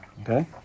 Okay